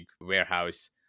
warehouse